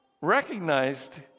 recognized